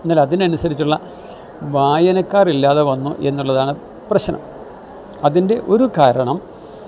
എന്നാൽ അതിനനുസരിച്ചുള്ള വായനക്കാരില്ലാതെ വന്നുവെന്നുള്ളതാണ് പ്രശ്നം അതിൻ്റെയൊരു കാരണം